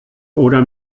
oder